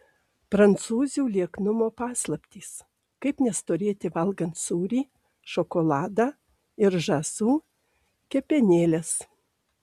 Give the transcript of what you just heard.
prancūzių lieknumo paslaptys kaip nestorėti valgant sūrį šokoladą ir žąsų kepenėles